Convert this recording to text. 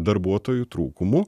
darbuotojų trūkumu